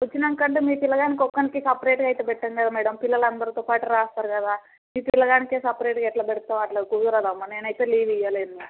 వచ్చినాక అంటే మీ పిల్లవానికి ఒక్కనికి సపరేటుగా అయితే పెట్టం కదా మ్యాడమ్ పిల్లలు అందరితో పాటు రాస్తారు కదా మీ పిల్లవానికి సపరేటుగా ఎట్లా పెడతాం అట్లా కుదరదు అమ్మ నేను అయితే లీవ్ ఇయ్యలేను